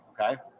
Okay